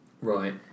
Right